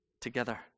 together